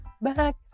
back